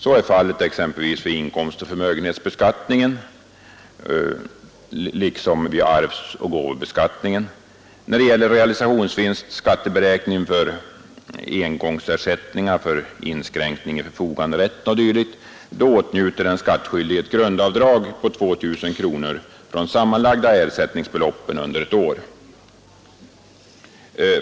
Så är fallet exempelvis vid inkomstoch förmögenhetsbeskattningen liksom vid arvsoch gåvobeskattning. När det gäller realisationsvinstskatteberäkning av engångsersättning för inskränkning i förfoganderätten o. d. åtnjuter den skattskyldige ett grundavdrag på 2000 kronor från sammanlagda ersättningsbeloppen under ett år.